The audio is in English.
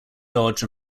dodge